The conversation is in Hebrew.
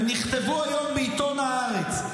הם נכתבו היום בעיתון הארץ.